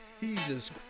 Jesus